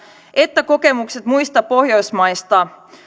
että kokemukset muista pohjoismaista